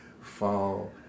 fall